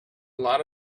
lot